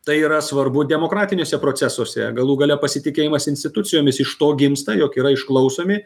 tai yra svarbu demokratiniuose procesuose galų gale pasitikėjimas institucijomis iš to gimsta jog yra išklausomi